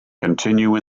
continue